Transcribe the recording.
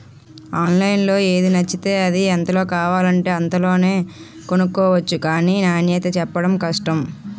ఆన్లైన్లో ఏది నచ్చితే అది, ఎంతలో కావాలంటే అంతలోనే కొనుక్కొవచ్చు గానీ నాణ్యతే చెప్పడం కష్టం